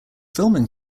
filming